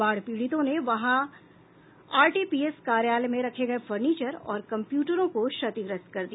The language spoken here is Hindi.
बाढ़ पीड़ितों ने वहां आरटीपीएस कार्यालय में रखे गये फर्नीचर और कम्प्यूटरों को क्षतिग्रस्त कर दिया